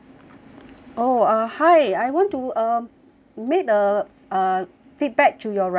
oh uh hi I want to um make a uh feedback to your restaurant